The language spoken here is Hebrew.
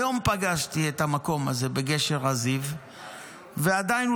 היום פגשתי את המקום הזה בגשר הזיו ועדיין הוא